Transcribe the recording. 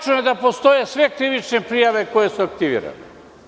Tačno je da postoje sve krivične prijave koje su aktivirane.